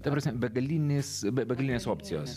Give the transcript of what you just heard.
ta prasme begalinės begalinės opcijos